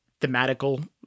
thematical